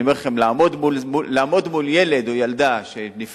אני אומר לכם: לעמוד מול ילד או ילדה שנפגעו,